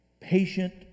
Patient